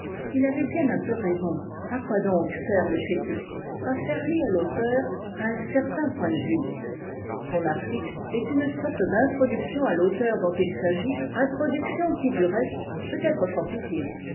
il avait bien un peu raison à quoi donc sert le critique à faire lire l'auteur à un certain point de vue son article est une sorte d'introduction à l'auteur dont il s'agit introduction qui du reste peut être fort utile